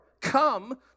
Come